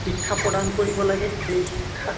শিক্ষা প্ৰদান কৰিব লাগে সেই শিক্ষাত